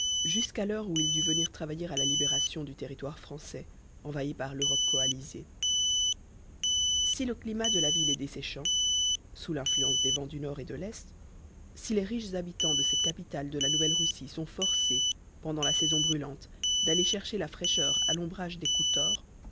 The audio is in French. jusqu'à l'heure où il dut venir travailler à la libération du territoire français envahi par l'europe coalisée si le climat de la ville est desséchant sous l'influence des vents du nord et de l'est si les riches habitants de cette capitale de la nouvelle russie sont forcés pendant la saison brûlante d'aller chercher la fraîcheur à l'ombrage des